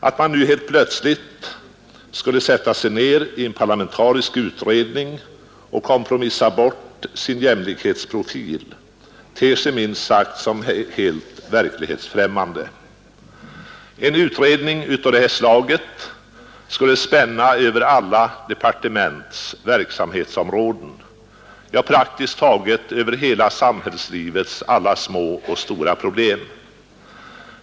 Att man nu helt plötsligt skulle sätta sig ned i en parlamentarisk utredning och kompromissa bort sin jämlikhetsprofil ter sig minst sagt verklighetsfräm mande. En utredning av detta slag skulle spänna över alla departements verksamhetsområden — ja, över praktiskt taget alla samhällslivets små och stora problem.